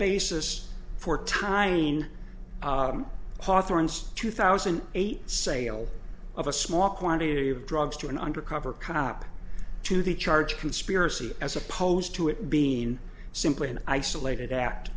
basis for tying hawthorne's two thousand eight sale of a small quantity of drugs to an undercover cop to the charge conspiracy as opposed to it being simply an isolated act